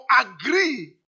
agree